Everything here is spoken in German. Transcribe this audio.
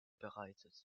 bereitet